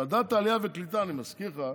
ועדת העלייה והקליטה, אני מזכיר לך,